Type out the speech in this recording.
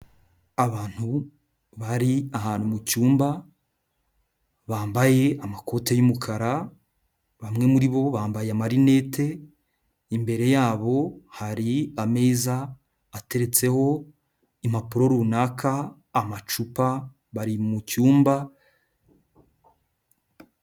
Abantu bari ahantu mu cyumba, bambaye amakoti y'umukara, bamwe muri bo bambaye amarinete, imbere yabo hari ameza ateretseho impapuro runaka, amacupa, bari mu cyumba.